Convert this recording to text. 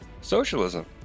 socialism